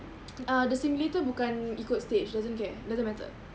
uh the simulator bukan ikut stage doesn't care doesn't matter